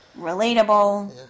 relatable